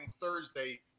Thursday